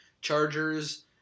Chargers